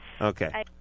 Okay